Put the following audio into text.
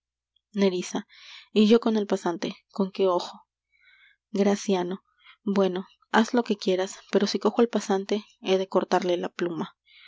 y yo con el pasante conque ojo graciano bueno haz lo que quieras pero si cojo al pasante he de cortarle la pluma